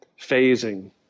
phasing